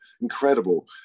Incredible